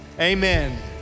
amen